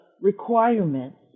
requirements